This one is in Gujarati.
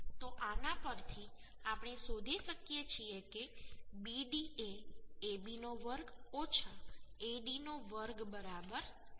તો આના પરથી આપણે શોધી શકીએ છીએ કે BD એ AB ² AD ² બરાબર છે